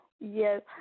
Yes